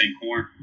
corn